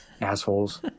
assholes